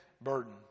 burden